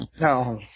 No